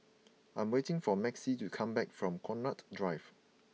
I'm waiting for Maxie to come back from Connaught Drive